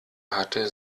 hatte